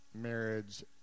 marriage